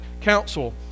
counsel